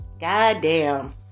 Goddamn